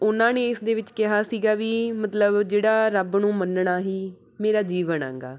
ਉਹਨਾਂ ਨੇ ਇਸਦੇ ਵਿੱਚ ਕਿਹਾ ਸੀਗਾ ਵੀ ਮਤਲਬ ਜਿਹੜਾ ਰੱਬ ਨੂੰ ਮੰਨਣਾ ਹੀ ਮੇਰਾ ਜੀਵਨ ਹੈਗਾ